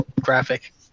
graphic